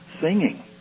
singing